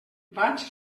vaig